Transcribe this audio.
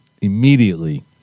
immediately